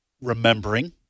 remembering